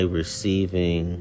receiving